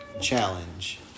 challenge